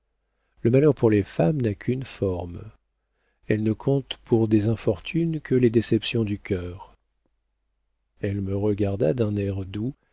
le malheur pour les femmes n'a qu'une forme elles ne comptent pour des infortunes que les déceptions du cœur elle me regarda d'un air doux